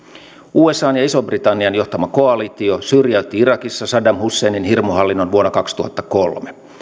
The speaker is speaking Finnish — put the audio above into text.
usan ja ison britannian johtama koalitio syrjäytti irakissa saddam husseinin hirmuhallinnon vuonna kaksituhattakolme